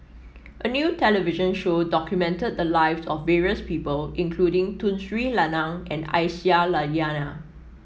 a new television show documented the lives of various people including Tun Sri Lanang and Aisyah Lyana